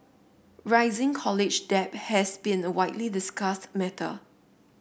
rising college debt has been a widely discussed matter